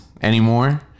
anymore